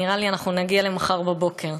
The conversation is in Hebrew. נראה לי אנחנו נגיע למחר בבוקר,